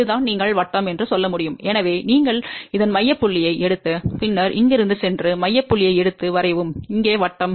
இதுதான் நீங்கள் விட்டம் என்று சொல்ல முடியும் எனவே நீங்கள் இதன் மைய புள்ளியை எடுத்து பின்னர் இங்கிருந்து சென்று மைய புள்ளியை எடுத்து வரையவும் இங்கே வட்டம்